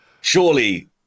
surely